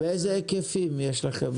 באיזה היקפים יש לכם?